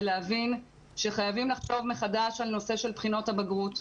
שיהיה מובן שחייבים לחשוב מחדש על הנושא של בחינות הבגרות,